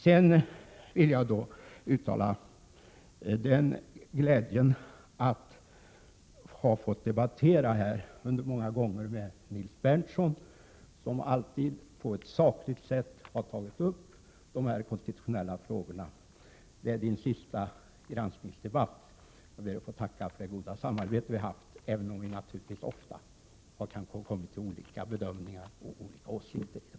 Jag vill uttala min glädje över att ha fått debattera många gånger med Nils Berndtson, som alltid på ett sakligt sätt tagit upp konstitutionella frågor. Detta är hans sista granskningsdebatt, och jag ber att få tacka för det goda samarbete som vi haft, även om vi naturligtvis ofta har kommit fram till olika bedömningar och haft olika åsikter.